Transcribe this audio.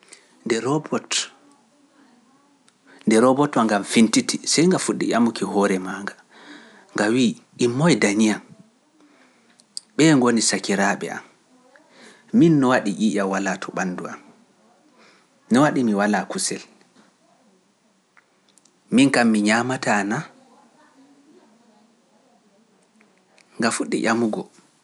Nde robot, nde robot wa nga fintiti, sey nga fuɗɗi yamuki hoore maa nga, nga wii, immoye dañiyam, ɓee ngoni sakiraaɓe am, min no waɗi ƴiiƴam walaa to ɓandu am, no waɗi mi walaa kusel, min kam mi ñaamata naa? Nga fuɗɗi yamugo.